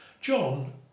John